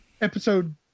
Episode